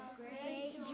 great